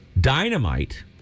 Dynamite